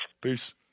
Peace